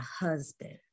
husband